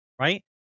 right